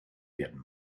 werden